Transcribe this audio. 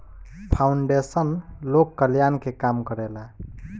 foundation लोक कल्याण के काम करेला